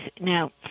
now